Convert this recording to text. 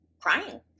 crying